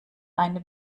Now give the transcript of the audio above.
eine